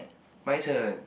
my turn